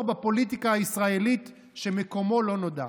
בפוליטיקה הישראלית שמקומו לא נודע.